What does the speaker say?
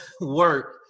work